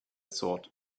sword